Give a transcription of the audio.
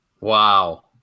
Wow